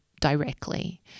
directly